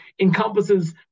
encompasses